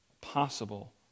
Possible